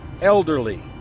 elderly